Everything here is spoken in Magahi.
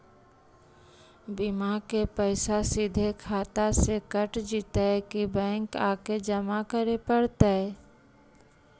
बिमा के पैसा सिधे खाता से कट जितै कि बैंक आके जमा करे पड़तै?